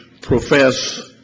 profess